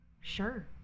Sure